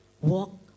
walk